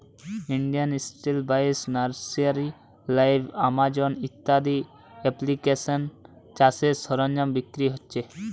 industry বাইশ, nursery live, Amazon ইত্যাদি এপ্লিকেশানে চাষের সরঞ্জাম বিক্রি হচ্ছে